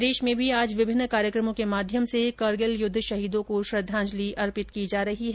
प्रदेश में भी आज विभिन्न कार्यक्रमों के माध्यम से करगिल युद्ध शहीदों को श्रद्वाजंलि अर्पित की जा रही है